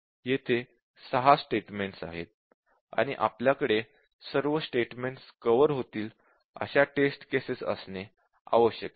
येथे 6 स्टेटमेंटस आहेत आणि आपल्याकडे सर्व स्टेटमेंटस कव्हर होतील अशा टेस्ट केसेस असणे आवश्यक आहे